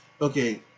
okay